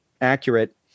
accurate